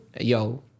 yo